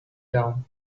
down